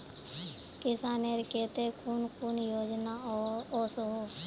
किसानेर केते कुन कुन योजना ओसोहो?